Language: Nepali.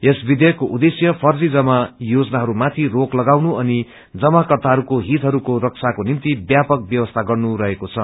यस विवेयकको उद्वेश्य फर्जा जमा योजनाहरूमाथि रोक लगाउनु अनि जमाककर्ताहरूको हितहरूको रक्षाको निम्ति व्यापक व्यवस्था गर्नु रहेको छ